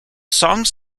songs